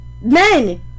Men